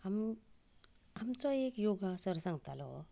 आम आमचो एक योगा सर सांगतालो